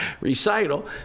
recital